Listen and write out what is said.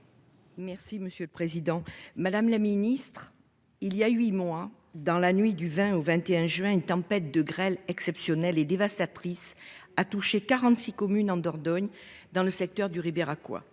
Merci, monsieur le Président Madame la Ministre il y a 8 mois dans la nuit du 20 au 21 juin, une tempête de grêle exceptionnelles et dévastatrice a touché 46 communes en Dordogne dans le secteur du Ribeira quoi.